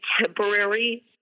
temporary